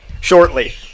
shortly